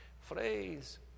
Phrase